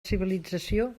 civilització